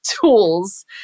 tools